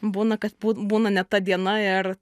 būna kad bu būna ne ta diena ir